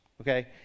Okay